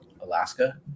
Alaska